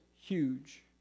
huge